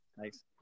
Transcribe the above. Thanks